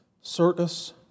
circus